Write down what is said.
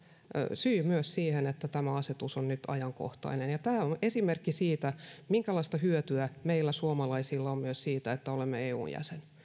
syy myös siihen että tämä asetus on nyt ajankohtainen ja tämä on esimerkki siitä minkälaista hyötyä meillä suomalaisilla on siitä että olemme